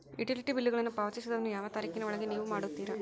Utility ಬಿಲ್ಲುಗಳನ್ನು ಪಾವತಿಸುವದನ್ನು ಯಾವ ತಾರೇಖಿನ ಒಳಗೆ ನೇವು ಮಾಡುತ್ತೇರಾ?